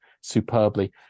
superbly